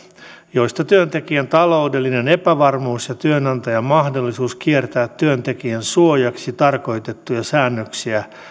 joista työntekijän taloudellinen epävarmuus ja työnantajan mahdollisuus kiertää työntekijän suojaksi tarkoitettuja säännöksiä